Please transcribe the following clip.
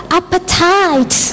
appetite